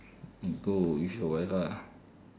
go with your wife ah